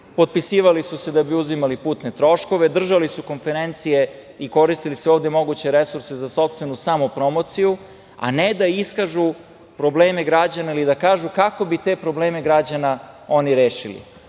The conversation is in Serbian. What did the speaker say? potpisivali su se da bi uzimali putne troškove, držali su konferencije i koristili sve ovde moguće resurse za sopstvenu samopromociju, a ne da iskažu probleme građana ili da kažu kako bi te probleme građana oni rešili